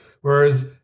whereas